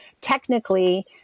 technically